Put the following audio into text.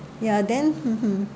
ya then mmhmm